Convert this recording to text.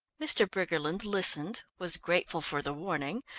mr. briggerland listened, was grateful for the warning,